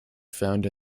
found